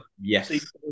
Yes